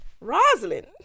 Rosalind